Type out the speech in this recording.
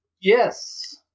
Yes